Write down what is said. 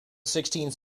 sixteenth